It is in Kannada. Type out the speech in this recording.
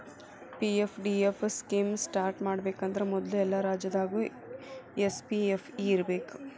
ಪಿ.ಎಫ್.ಡಿ.ಎಫ್ ಸ್ಕೇಮ್ ಸ್ಟಾರ್ಟ್ ಮಾಡಬೇಕಂದ್ರ ಮೊದ್ಲು ಎಲ್ಲಾ ರಾಜ್ಯದಾಗು ಎಸ್.ಪಿ.ಎಫ್.ಇ ಇರ್ಬೇಕು